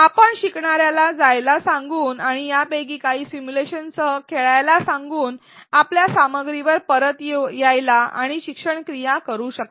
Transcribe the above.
आपण शिकणार्याला ती पहायला सांगून आणि यापैकी काही सिमुलेशनसह खेळायला सांगा आणि आपल्या सामग्रीवर परत या आणि काही शिक्षण क्रिया करू शकता